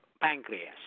pancreas